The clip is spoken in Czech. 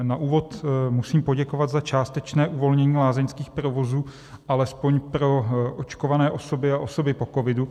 Na úvod musím poděkovat za částečné uvolnění lázeňských provozů alespoň pro očkované osoby a osoby po covidu.